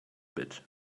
bit